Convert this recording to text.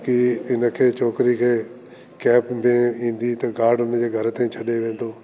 कि इन खे छोकरी खे कैब में इंदी त गार्ड उन जे घर ताईं छॾे वेंदो